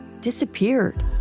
disappeared